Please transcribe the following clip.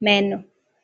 meno.